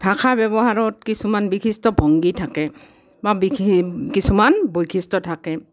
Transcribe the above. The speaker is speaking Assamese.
ভাষা ব্যৱহাৰত কিছুমান বিশিষ্ট ভংগী থাকে বা বিশি কিছুমান বৈশিষ্ট থাকে